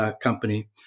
company